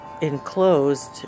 enclosed